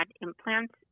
implants